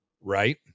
right